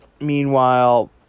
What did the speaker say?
Meanwhile